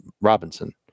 Robinson